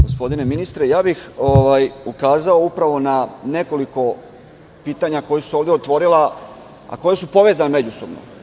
Gospodine ministre, ukazao bih upravo na nekoliko pitanja koja su se ovde otvorila, a koja su povezana međusobno.